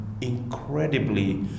incredibly